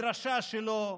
בדרשה שלו,